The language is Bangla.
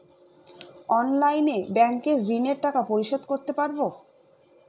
অনলাইনে ব্যাংকের ঋণের টাকা পরিশোধ করতে পারবো?